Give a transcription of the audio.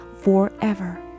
forever